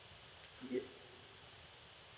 yes